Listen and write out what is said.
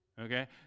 Okay